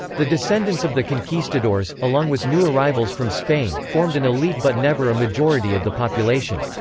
the descendants of the conquistadors, along with new arrivals from spain, formed an elite but never a majority of the population.